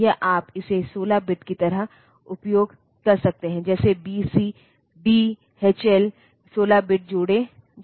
तो पहले आप असेंबली लैंग्वेज में प्रोग्राम को लिख लें और फिर उस चार्ट को देखें जहां उसे हर इंस्ट्रक्शन के लिए मशीन संबंधित इंस्ट्रक्शन फॉर्मेट या ओपकोड पार्ट मिलती हैं